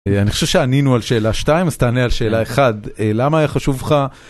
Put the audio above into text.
אני חושב שענינו על שאלה 2 אז תענה על שאלה 1, למה היה חשוב לך.